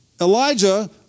Elijah